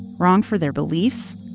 wrong for their beliefs,